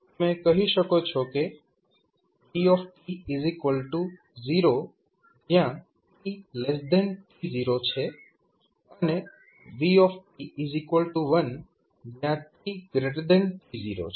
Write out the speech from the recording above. તમે કહી શકો છો કે v0 જયાં tt0 છે અને v1 જયાં tt0 છે